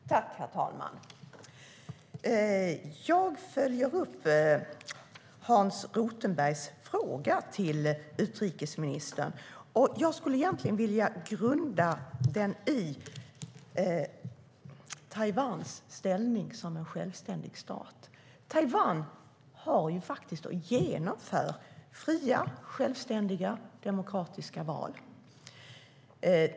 Herr talman! Jag följer upp Hans Rothenbergs fråga till utrikesministern, och jag skulle egentligen vilja grunda den i Taiwans ställning som en självständig stat. Taiwan har faktiskt, och genomför, fria, självständiga och demokratiska val.